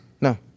No